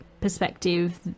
perspective